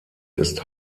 ist